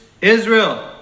Israel